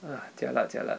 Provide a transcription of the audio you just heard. jialat jialat